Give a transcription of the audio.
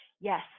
Yes